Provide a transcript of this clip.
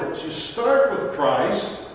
you start with christ.